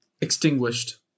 extinguished